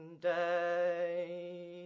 day